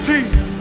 Jesus